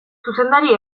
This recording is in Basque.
zuzendari